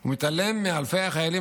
הוא מתעלם מאלפי החיילים,